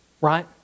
Right